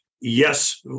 yes